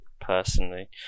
personally